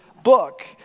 book